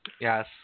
Yes